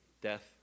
Death